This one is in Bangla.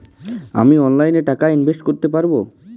আমি অনলাইনে টাকা ইনভেস্ট করতে পারবো?